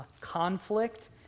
conflict